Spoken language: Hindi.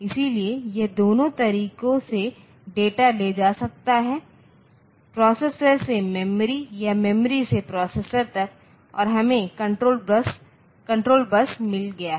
इसलिए यह दोनों तरीकों से डेटा ले जा सकता है प्रोसेसर से मेमोरी या मेमोरी से प्रोसेसर तक और हमें कंट्रोल बस मिल गया है